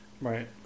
Right